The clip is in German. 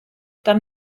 dann